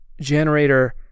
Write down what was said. generator